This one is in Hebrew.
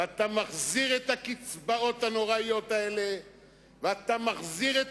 ואתה מחזיר את הקצבאות הנוראיות האלה ואתה מחזיר את